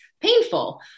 painful